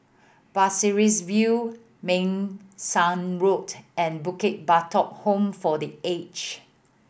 Pasir Ris View Meng Suan Road and Bukit Batok Home for The Age